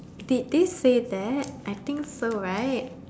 did they say that I think so right